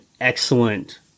excellent